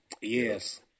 Yes